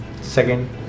Second